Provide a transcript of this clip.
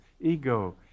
ego